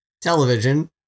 Television